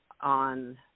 on